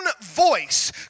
voice